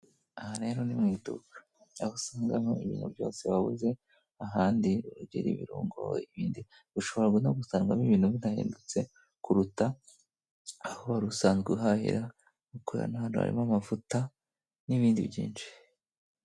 Aha rero ni mu iduka, aho usangamo ibintu byose wabuze, ahandi, ugira ibirungu, ibindi ushobora no gusangamo ibintu binahendutse kuruta, aho wari usanzwe uhahira, kubera n'ahandi harimo amavuta, n'ibindi byinshi.